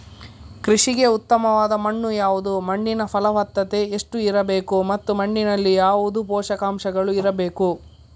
ಕೃಷಿಗೆ ಉತ್ತಮವಾದ ಮಣ್ಣು ಯಾವುದು, ಮಣ್ಣಿನ ಫಲವತ್ತತೆ ಎಷ್ಟು ಇರಬೇಕು ಮತ್ತು ಮಣ್ಣಿನಲ್ಲಿ ಯಾವುದು ಪೋಷಕಾಂಶಗಳು ಇರಬೇಕು?